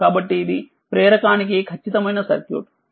కాబట్టిఇది ప్రేరకానికి ఖచ్చితమైన సర్క్యూట్